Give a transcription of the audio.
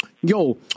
Yo